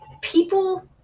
people